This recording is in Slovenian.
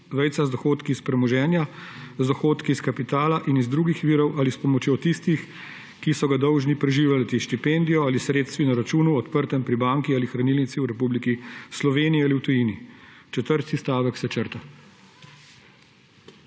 delom, z dohodki iz premoženja, z dohodki iz kapitala in iz drugih virov ali s pomočjo tistih, ki so ga dolžni preživljati, štipendijo ali sredstvi na računu, odprtem pri banki ali hranilnici v Republiki Sloveniji ali v tujini«. Četrti stavek se črta.